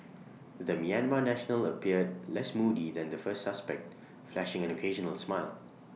the Myanmar national appeared less moody than the first suspect flashing an occasional smile